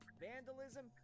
vandalism